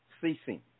ceasing